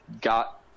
got